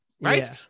Right